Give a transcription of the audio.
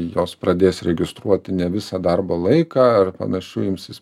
jos pradės registruoti ne visą darbo laiką ar panašu imsis